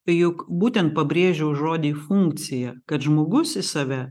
juk būtent pabrėžiau žodį funkcija kad žmogus į save